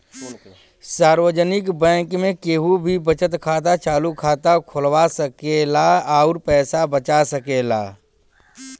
सार्वजनिक बैंक में केहू भी बचत खाता, चालु खाता खोलवा सकेला अउर पैसा बचा सकेला